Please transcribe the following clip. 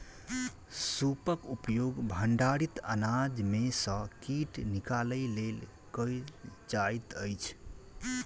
सूपक उपयोग भंडारित अनाज में सॅ कीट निकालय लेल कयल जाइत अछि